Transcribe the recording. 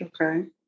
Okay